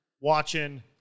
watching